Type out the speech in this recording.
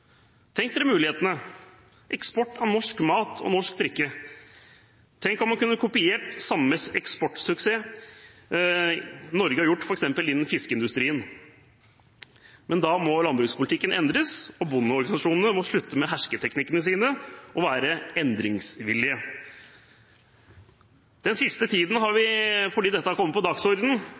Tenk dere de mulighetene: eksport av norsk mat og norsk drikke. Tenk om man kunne kopiert den samme eksportsuksessen Norge har hatt innen f.eks. fiskeindustrien. Men da må landbrukspolitikken endres, og bondeorganisasjonene må slutte med hersketeknikkene sine og være endringsvillige. Fordi landbrukspolitikken har kommet på dagsordenen den sisten tiden, har vi